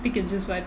pick and choose [what]